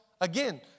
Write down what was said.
Again